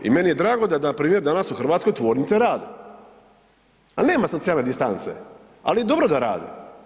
I meni je drago da npr. danas u Hrvatskoj tvornice rade, a nema socijalne distance, ali je dobro da rade.